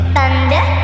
Thunder